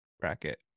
Bracket